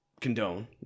condone